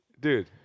dude